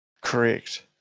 correct